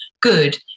good